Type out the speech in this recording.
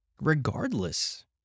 Regardless